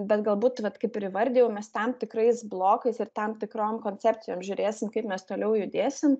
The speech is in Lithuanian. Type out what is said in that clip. bet galbūt vat kaip ir įvardijau mes tam tikrais blokais ir tam tikrom koncepcijom žiūrėsim kaip mes toliau judėsim